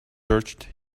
searched